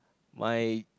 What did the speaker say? my